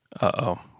Uh-oh